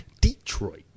Detroit